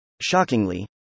Shockingly